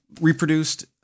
reproduced